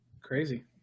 Crazy